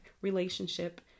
relationship